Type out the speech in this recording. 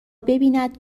ببیند